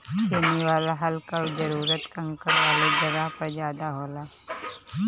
छेनी वाला हल कअ जरूरत कंकड़ वाले जगह पर ज्यादा होला